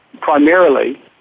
primarily